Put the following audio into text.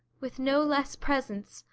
with no less presence,